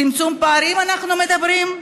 על צמצום פערים אנחנו מדברים,